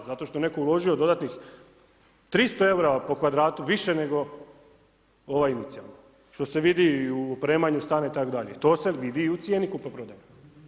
Zato što je netko uložio dodatnih 300 eura po kvadratu više nego ovaj inicijalno, što se vidi u opremanju stana itd. to se vidi i u cijeni kupoprodajnoj.